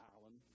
Alan